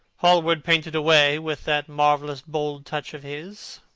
hallward painted away with that marvellous bold touch of his,